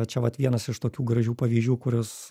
čia vat vienas iš tokių gražių pavyzdžių kuris